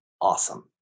awesome